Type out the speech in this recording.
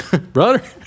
brother